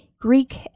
Greek